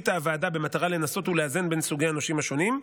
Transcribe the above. במטרה לנסות ולאזן בין סוגי הנושים השונים,